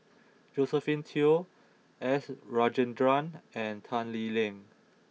Josephine Teo S Rajendran and Tan Lee Leng